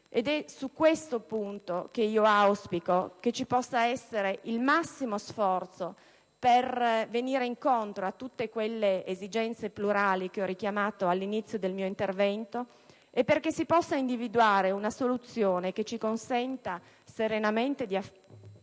Ed è su questo punto che auspico si realizzi il massimo sforzo per venire incontro a tutte quelle esigenze plurali richiamate all'inizio del mio intervento, affinché si possa individuare una soluzione che ci consenta serenamente di affermare